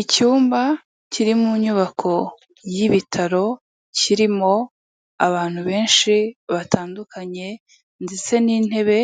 Icyumba kiri mu nyubako y'ibitaro, kirimo abantu benshi batandukanye ndetse n'intebe